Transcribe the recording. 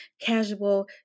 casual